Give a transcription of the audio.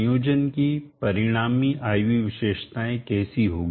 संयोजन की परिणामी I V विशेषताएं कैसी होगी